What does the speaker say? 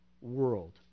world